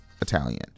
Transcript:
Italian